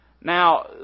Now